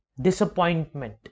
disappointment